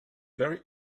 very